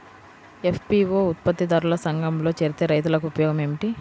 FPO ఉత్పత్తి దారుల సంఘములో చేరితే రైతులకు ఉపయోగము ఏమిటి?